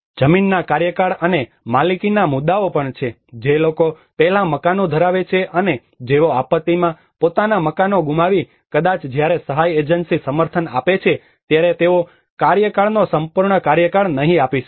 જમીનના કાર્યકાળ અને માલિકીના મુદ્દાઓ પણ છે જે લોકો પહેલા મકાનો ધરાવે છે અને જેઓ આપત્તિમાં પોતાનાં મકાનો ગુમાવી કદાચ જ્યારે સહાય એજન્સી સમર્થન આપે ત્યારે તેઓ કાર્યકાળનો સંપૂર્ણ કાર્યકાળ નહીં આપી શકે